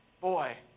boy